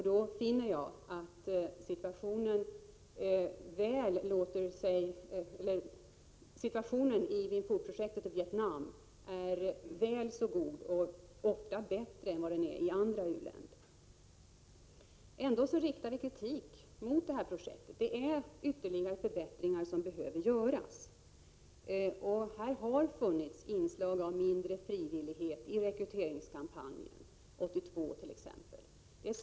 Då finner jag att situationen i Vinh Phu-projektet i Vietnam är väl så god och ofta bättre än vad den är i andra länder. Ändå riktar vi kritik mot projektet. Ytterligare förbättringar behöver göras. Det har funnits inslag av mindre frivillighet i rekryteringskampanjen, t.ex. 1982.